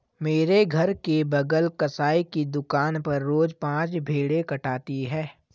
मेरे घर के बगल कसाई की दुकान पर रोज पांच भेड़ें कटाती है